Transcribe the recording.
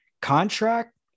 contract